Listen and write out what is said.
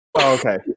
okay